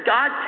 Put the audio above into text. God